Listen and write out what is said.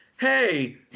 Hey